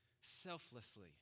selflessly